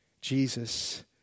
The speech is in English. Jesus